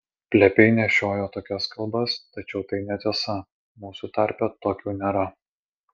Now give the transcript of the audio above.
plepiai nešiojo tokias kalbas tačiau tai netiesa mūsų tarpe tokių nėra